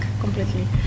completely